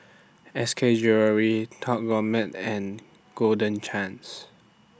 S K Jewellery Top Gourmet and Golden Chance